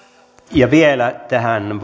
osana vielä tähän